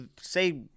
say